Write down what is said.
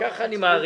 כך אני מעריך.